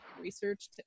research